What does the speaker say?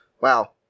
wow